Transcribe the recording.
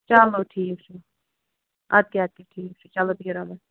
چلو ٹھیٖک چھُ اَدٕ کیٛاہ اَدٕ کیٛاہ ٹھیٖک چھُ چلو بِہِو رۄبَس حَوالہٕ